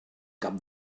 cap